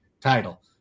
title